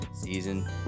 season